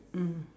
mm